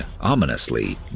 ominously